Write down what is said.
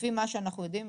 לפי מה שאנחנו יודעים,